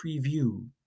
Preview